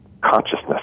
consciousness